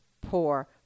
poor